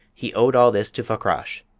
he owed all this to fakrash.